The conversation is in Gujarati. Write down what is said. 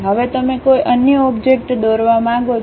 હવે તમે કોઈ અન્ય ઓબ્જેક્ટ દોરવા માંગો છો